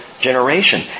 generation